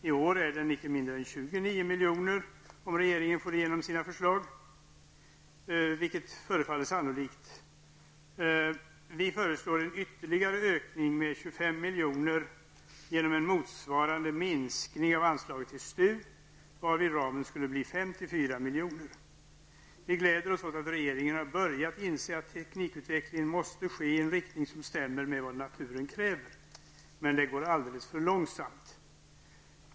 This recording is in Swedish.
I år är den inte mindre än 29 miljoner om regeringen får igenom sina förslag, vilket förefaller sannolikt. Vi föreslår en ytterligare ökning med 25 miljoner genom en motsvarande minskning av anslaget till STU, varvid ramen skulle bli 54 miljoner. Vi gläder oss åt att regeringen har böjrat inse att teknikutvecklingen måste ske i en riktning som stämmer med vad naturen kräver, men det går alldeles för långsamt.